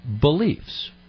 beliefs